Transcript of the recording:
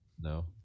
No